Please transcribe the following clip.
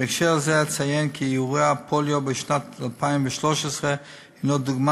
בהקשר זה אציין כי אירוע הפוליו בשנת 2013 הוא דוגמה